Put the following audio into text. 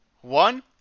One